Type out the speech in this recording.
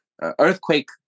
earthquake